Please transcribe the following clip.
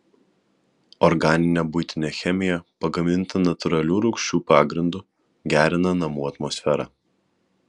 organinė buitinė chemija pagaminta natūralių rūgščių pagrindu gerina namų atmosferą